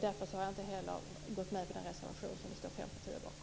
Därför har jag inte heller gått med på den reservation som det står fem partier bakom.